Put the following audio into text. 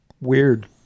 weird